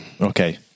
okay